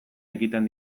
ekiten